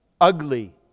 ugly